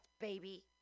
baby